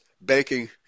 banking